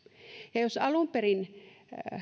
ja jos alun perin